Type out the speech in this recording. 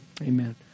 Amen